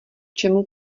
čemu